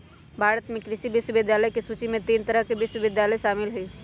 भारत में कृषि विश्वविद्यालय के सूची में तीन तरह के विश्वविद्यालय शामिल हई